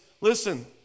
listen